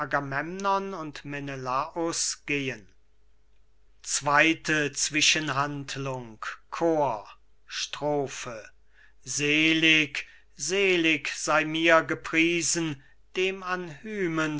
chor strophe selig selig sei mir gepriesen dem an hymens